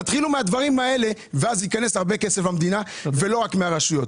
תתחילו מהדברים האלה ואז ייכנס הרבה כסף למדינה ולא רק מהרשויות.